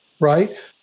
right